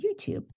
YouTube